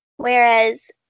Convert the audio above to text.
Whereas